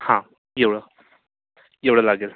हा एवळं एवळं लागेल